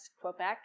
Quebec